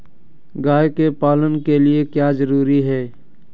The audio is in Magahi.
गाय के पालन के लिए क्या जरूरी है?